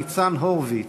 ניצן הורוביץ,